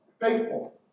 faithful